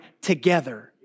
together